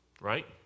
right